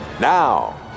Now